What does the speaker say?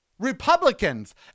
Republicans